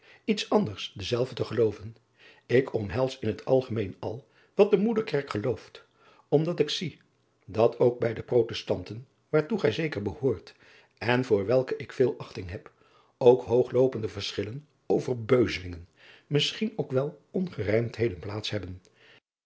iets anders dezelve te gelooven ik omhels in het algemeen al wat de moederkerk geloost omdat ik zie dat ook bij de protestanten waartoe gij zeker behoort en voor welke ik veel achting heb ook hoogloopende verschillen over beuzelingen misschien ook wel ongerijmdheden plaats hebben